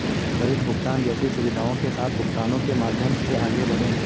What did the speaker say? त्वरित भुगतान जैसी सुविधाओं के साथ भुगतानों के माध्यम से आगे बढ़ें